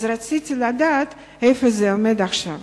רציתי לדעת איפה זה עומד עכשיו.